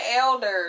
elders